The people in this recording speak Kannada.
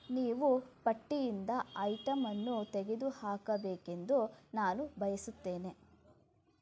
ನೀವು ಪಟ್ಟಿಯಿಂದ ಐಟಮನ್ನು ತೆಗೆದುಹಾಕಬೇಕೆಂದು ನಾನು ಬಯಸುತ್ತೇನೆ